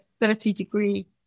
30-degree